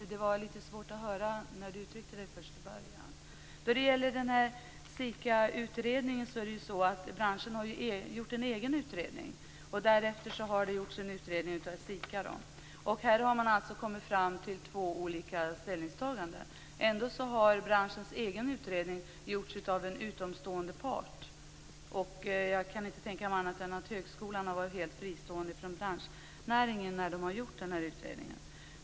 Fru talman! Jag hoppas att jag uppfattade frågan rätt. Det var lite svårt att höra i början. När det gäller SIKA-utredningen kan jag säga att branschen har gjort en egen utredning. Därefter har det gjorts en utredning av SIKA. Man har kommit fram till två olika ställningstaganden. Ändå har branschens egen utredning gjorts av en utomstående part. Jag kan inte tänka mig annat än att högskolan har varit helt fristående från branschnäringen när den har gjort denna utredning.